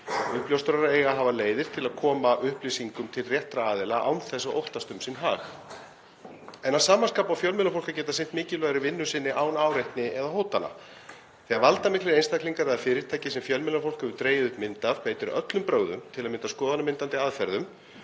gagnsæis. Uppljóstrarar eiga að hafa leiðir til að koma upplýsingum til réttra aðila án þess að óttast um sinn hag en að sama skapi á fjölmiðlafólk að geta sinnt mikilvægri vinnu sinni án áreitni eða hótana. Þegar valdamiklir einstaklingar eða fyrirtæki sem fjölmiðlafólk hefur dregið upp mynd af sem beitir öllum brögðum, til að mynda skoðanamyndandi aðferðum,